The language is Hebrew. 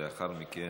ולאחר מכן,